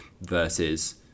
versus